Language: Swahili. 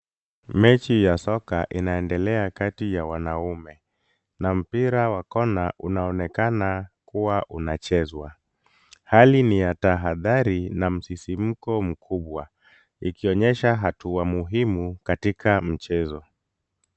Mechi ya soka inaendelea kati ya wanaume na mpira wa kona unaonekana kuwa unachezwa. Hali ni ya tahadhari na msisimko mkubwa ikionyesha hatua muhimu katika mchezo.